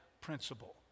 principle